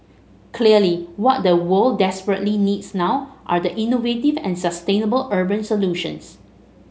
clearly what the world desperately needs now are innovative and sustainable urban solutions